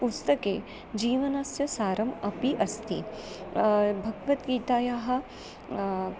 पुस्तके जीवनस्य सारम् अपि अस्ति भगवद्गीतायाः